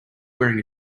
wearing